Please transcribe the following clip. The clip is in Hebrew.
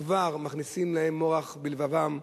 כבר מכניסים להם מורך בלבבם.